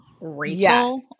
Rachel